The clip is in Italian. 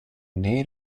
nei